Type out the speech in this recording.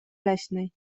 leśnej